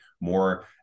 more